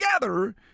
together